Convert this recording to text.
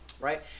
right